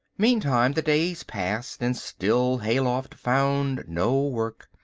meantime the days passed and still hayloft found no work.